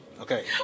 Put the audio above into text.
Okay